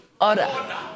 order